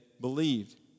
believed